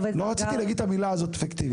לא רציתי להגיד את המילה הזאת 'פיקטיבי'.